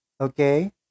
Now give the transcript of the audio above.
okay